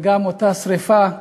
ושם גם הייתה אותה שרפה גדולה,